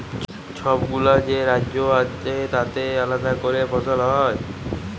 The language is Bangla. ছবগুলা যে রাজ্য আছে তাতে আলেদা ক্যরে ফসল হ্যয়